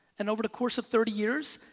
and over the course of thirty years,